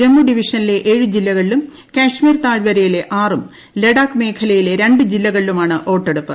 ജമ്മു ഡിവിഷനിലെ ഏഴ് ജില്ലകളിലും കശ്മീർ താഴ്വരയിലെ ആറും ലഡാക്ക് മേഖലയിലെ രണ്ട് ജില്ലകളിലുമാണ് വോട്ടെടുപ്പ്